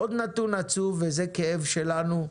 עוד נתון עצוב וזה כאב שלנו,